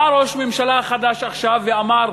בא ראש ממשלה חדש עכשיו ואמר: